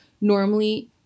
normally